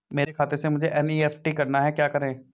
मेरे खाते से मुझे एन.ई.एफ.टी करना है क्या करें?